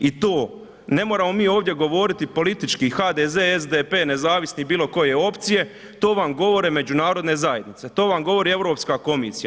I to ne moramo mi ovdje govoriti politički HDZ, SDP, nezavisni, bilo koje opcije to vam govore međunarodne zajednice, to vam govori Europska komisija.